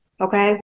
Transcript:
okay